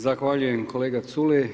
Zahvaljujem kolega Culej.